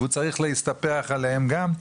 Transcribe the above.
והוא צריך להסתפח אליהם גם.